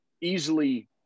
easily